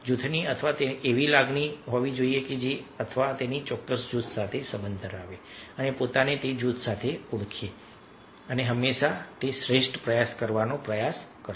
જૂથની અથવા એવી લાગણી હોવી જોઈએ કે તે અથવા તેણી ચોક્કસ જૂથ સાથે સંબંધ ધરાવે છે અને પોતાને તે જૂથ સાથે ઓળખે છે અને હંમેશા શ્રેષ્ઠ પ્રયાસ કરવાનો પ્રયાસ કરે છે